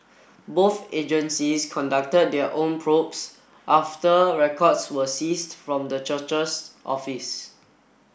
both agencies conducted their own probes after records were seized from the church's office